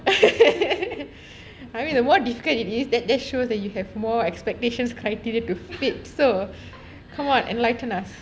more difficult it is that shows that you have more expectations criteria to take so come on enlighten us